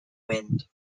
wind